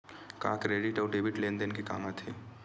का क्रेडिट अउ डेबिट लेन देन के काम आथे?